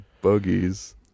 buggies